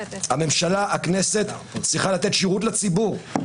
הכנסת צריכה לתת שירות לציבור.